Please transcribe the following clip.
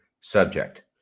subject